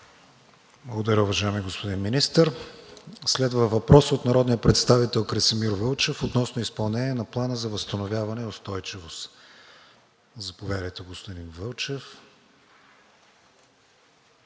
Благодаря, уважаеми господин Министър. Следва въпрос от народния представител Красимир Вълчев относно изпълнение на Плана за възстановяване и устойчивост. Заповядайте, господин Вълчев,